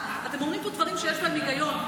אתם אומרים פה דברים שיש בהם היגיון.